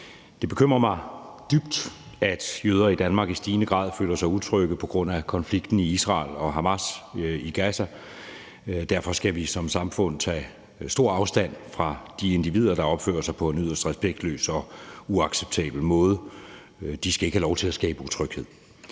Det bekymrer mig dybt, at jøder i Danmark i stigende grad føler sig utrygge på grund af konflikten mellem Israel og Hamas i Gaza, og derfor skal vi som samfund tage stor afstand fra de individer, der opfører sig på en yderst respektløs og uacceptabel måde. De skal ikke have lov til at skabe utryghed.